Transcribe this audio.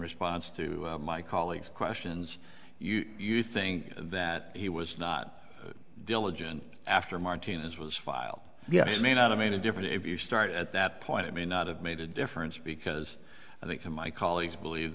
response to my colleague's questions you're you think that he was not diligent after martinez was filed yes may not have made a different if you start at that point it may not have made a difference because i think my colleagues believe